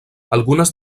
algunes